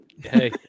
Hey